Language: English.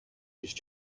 use